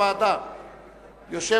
והבריאות נתקבלה.